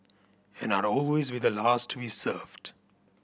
and I'd always be the last to be served